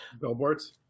Billboards